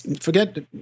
forget